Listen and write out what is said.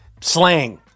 slang